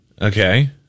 Okay